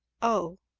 oh!